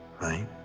Right